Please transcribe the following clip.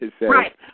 Right